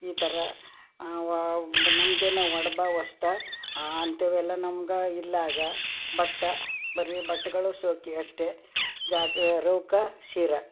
ಈ ಥರ ನಾವು ನಮಗೇನಾ ಒಡ್ಬಾ ಹೊಸ್ದಾ ಆ ಅಂಥವೆಲ್ಲ ನಮ್ಗೆ ಇಲ್ಲ ಆಗ ಬಟ್ಟೆ ಬರೀ ಬಟ್ಟೆಗಳು ಶೋಕಿ ಅಷ್ಟೇ ಜಾಕಿ ರವ್ಕೆ ಸೀರೆ